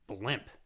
Blimp